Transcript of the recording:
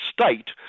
state